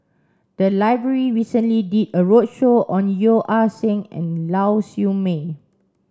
the library recently did a roadshow on Yeo Ah Seng and Lau Siew Mei